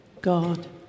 God